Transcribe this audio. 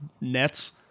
nets